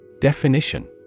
Definition